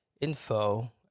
info